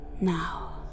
Now